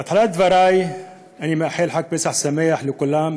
בתחילת דברי אני מאחל חג פסח שמח לכולם,